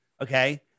Okay